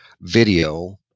video